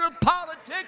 politics